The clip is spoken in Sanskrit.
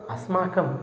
अस्माकं